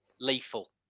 lethal